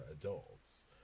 adults